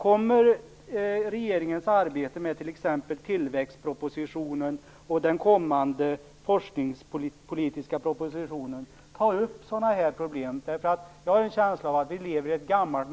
Kommer regeringens arbete med t.ex. tillväxtpropositionen och den kommande forskningspolitiska propositionen att ta upp sådana här problem? Jag har en känsla av att vi lever i ett stenåldersgammalt